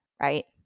right